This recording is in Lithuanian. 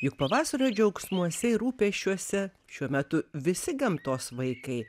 juk pavasario džiaugsmuose ir rūpesčiuose šiuo metu visi gamtos vaikai